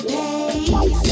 pace